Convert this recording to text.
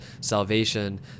salvation